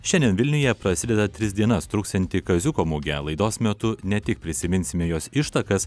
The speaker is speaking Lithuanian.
šiandien vilniuje prasideda tris dienas truksianti kaziuko mugė laidos metu ne tik prisiminsime jos ištakas